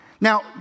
Now